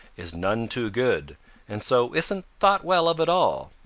is none too good and so isn't thought well of at all.